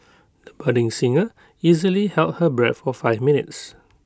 the budding singer easily held her breath for five minutes